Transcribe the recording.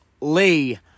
Lee